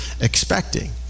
expecting